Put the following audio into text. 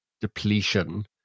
depletion